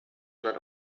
not